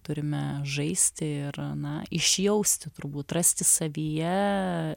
turime žaisti ir na išjausti turbūt rasti savyje